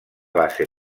base